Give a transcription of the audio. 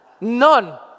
None